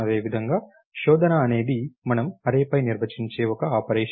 అదేవిధంగా శోధన అనేది మనము అర్రేపై నిర్వచించే ఒక ఆపరేషన్